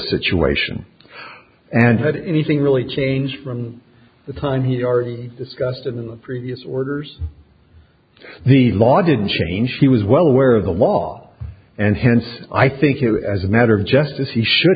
situation and had anything really changed from the time he are discussed in the previous orders the law didn't change he was well aware of the law and hence i think you as a matter of justice he should